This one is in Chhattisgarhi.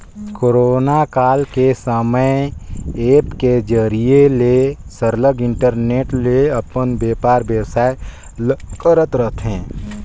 कोरोना काल के समे ऐप के जरिए ले सरलग इंटरनेट ले अपन बयपार बेवसाय ल करत रहथें